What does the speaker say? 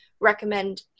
recommend